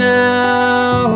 now